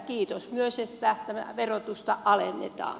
kiitos myös että verotusta alennetaan